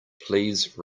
please